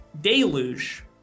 deluge